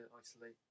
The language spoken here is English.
isolate